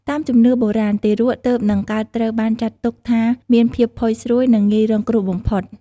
តាមជំនឿបុរាណ ទារកទើបនឹងកើតត្រូវបានចាត់ទុកថាមានភាពផុយស្រួយ និងងាយរងគ្រោះបំផុត។